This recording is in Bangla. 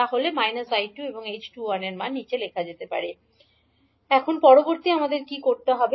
তুমি লিখতে পারো এখন পরবর্তী আমাদের কি করতে হবে